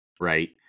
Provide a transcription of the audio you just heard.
right